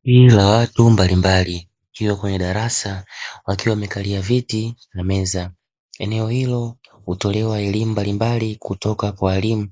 Kundi la watu mbalimbali, wakiwa kwenye darasa, wakiwa wamekalia viti na meza. Eneo hilo hutolewa elimu mbalimbali kutoka kwa walimu